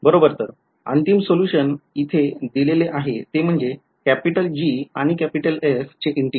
बरोबर तर अंतिम सोल्युशन इथे दिलेले आहे ते म्हणजे G आणि F चे integral